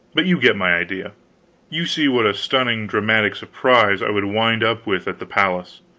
but you get my idea you see what a stunning dramatic surprise i would wind up with at the palace.